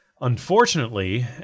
Unfortunately